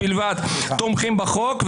בלבד תומכים בחוק.